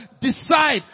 decide